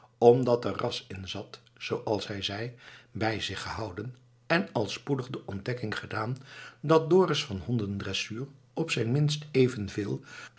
omdat er ras in zat zooals hij zei bij zich gehouden en al spoedig de ontdekking gedaan dat dorus van hondendressuur op zijn minst evenveel